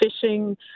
fishing